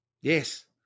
Yes